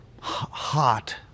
hot